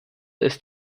ist